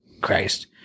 Christ